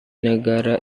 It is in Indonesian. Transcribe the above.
negara